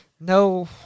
No